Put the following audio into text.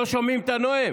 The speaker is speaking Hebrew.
לא שומעים את הנואם.